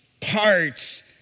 parts